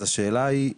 אז השאלה היא,